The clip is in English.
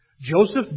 Joseph